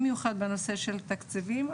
במיוחד בנושא של תקציבים,